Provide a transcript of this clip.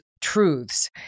truths